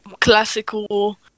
classical